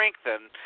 strengthen